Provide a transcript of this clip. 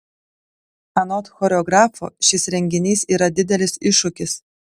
anot choreografo šis renginys yra didelis iššūkis